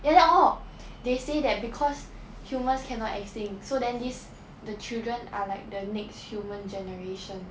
ya then hor they say that because humans cannot extinct so then this the children are like the next human generation